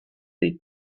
they